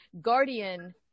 guardian